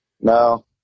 No